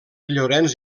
llorenç